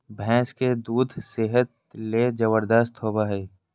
भैंस के दूध सेहत ले जबरदस्त होबय हइ